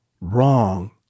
wrong